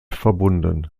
verbunden